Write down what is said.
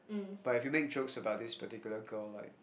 but if you make jokes about this particular girl like